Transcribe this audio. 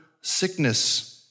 sickness